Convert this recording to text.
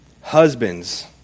husbands